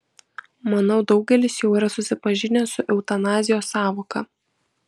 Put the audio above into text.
manau daugelis jau yra susipažinę su eutanazijos sąvoka